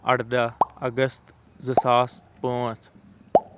اَرداہ اَگست زٕ ساس پانٛژھ